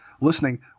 listening